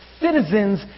Citizens